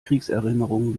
kriegserinnerungen